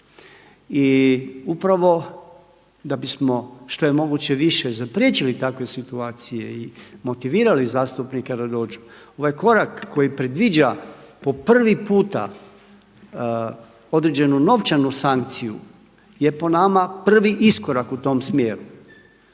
I upravo da bismo što je moguće više zapriječili takve situacije i motivirali zastupnike da dođu, ovaj korak koji predviđa po prvi puta određenu novčanu sankciju je po nama prvi iskorak u tom smjeru.